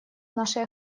нашей